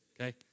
okay